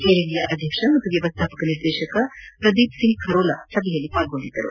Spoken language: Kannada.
ಏರ್ ಇಂಡಿಯಾ ಅಧ್ಯಕ್ಷ ಮತ್ತು ವ್ಯವಸ್ಥಾಪಕ ನಿರ್ದೇಶಕ ಪ್ರದೀಪ್ ಸಿಂಗ್ ಖರೋಲಾ ಸಭೆಯಲ್ಲಿ ಭಾಗವಹಿಸಿದ್ದರು